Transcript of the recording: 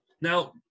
now